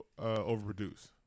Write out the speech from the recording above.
overproduce